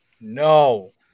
No